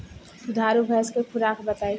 दुधारू भैंस के खुराक बताई?